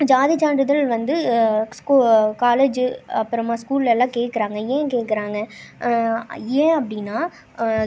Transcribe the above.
ஜாதி சான்றிதழ் வந்து காலேஜு அப்புறமா ஸ்கூலில் எல்லாம் கேக்கிறாங்க ஏன் கேக்கிறாங்க ஏன் அப்படின்னா